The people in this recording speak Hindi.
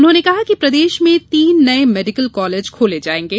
उन्होंने कहा कि प्रदेश में तीन नये मेडीकल कालेज खोले जायेंगे